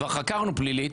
כבר חקרנו פלילית,